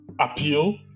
appeal